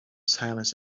silence